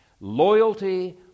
Loyalty